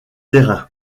terrain